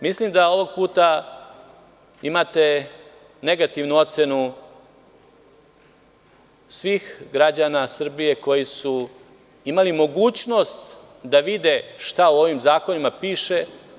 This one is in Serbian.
Mislim da ovog puta imate negativnu ocenu svih građana Srbije koji su imali mogućnost da vide šta u ovim zakonima piše.